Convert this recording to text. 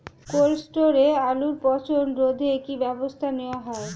Cold স্টোরে আলুর পচন রোধে কি ব্যবস্থা নেওয়া হয়?